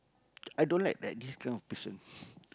i don't like that this kind of person